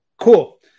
cool